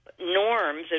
norms